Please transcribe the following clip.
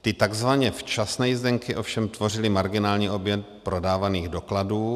Ty takzvaně včasné jízdenky ovšem tvořily marginální objem prodávaných dokladů.